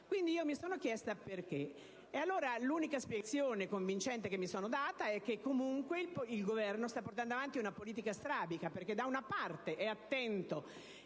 Quindi, mi sono chiesta perché. L'unica spiegazione convincente che mi sono data è che comunque il Governo stia portando avanti una politica strabica, perché da una parte è attento